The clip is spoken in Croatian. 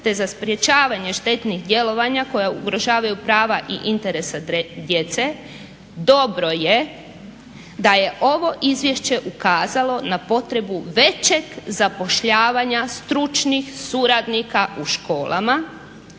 te za sprečavanje štetnih djelovanja koja ugrožavaju prava i interese djece dobro je da je ovo izvješće ukazalo na potrebu većeg zapošljavanja stručnih suradnika u školama,